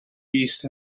east